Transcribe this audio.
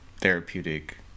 therapeutic